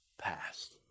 past